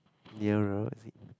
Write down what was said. nearer is it